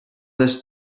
this